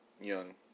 young